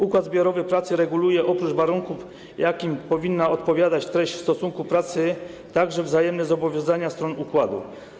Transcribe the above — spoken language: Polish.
Układ zbiorowy pracy reguluje oprócz warunków, jakim powinna odpowiadać treść stosunku pracy, także wzajemne zobowiązania stron układu.